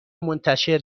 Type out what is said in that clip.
منتشر